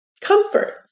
Comfort